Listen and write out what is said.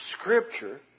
scripture